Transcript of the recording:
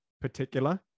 particular